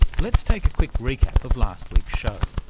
let's take a quick recap of last week's show.